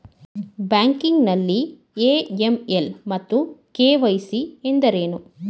Banking ನಲ್ಲಿ AML ಮತ್ತು KYC ಎಂದರೇನು?